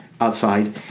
outside